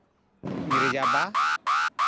ᱨᱤᱡᱟᱨᱵᱷᱼᱟ